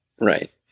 Right